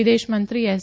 વિદેશમંત્રી એસ